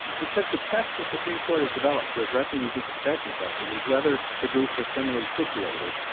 because the test the supreme court has developed for addressing these equal protection questions is whether the groups are similarly situated,